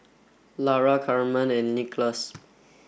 Lara Camren and Nicolas